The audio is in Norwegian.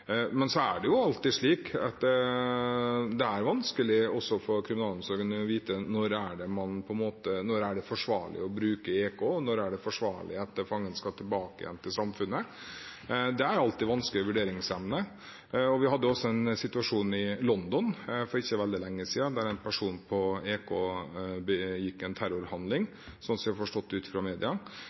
Men det er alltid slik at det er vanskelig også for kriminalomsorgen å vite når det er forsvarlig å bruke EK, og når det er forsvarlig at fangen skal tilbake igjen til samfunnet. Det er alltid vanskelige vurderingsemner. Vi hadde også en situasjon i London for ikke veldig lenge siden, der en person på EK begikk en terrorhandling, slik jeg har forstått det ut fra media.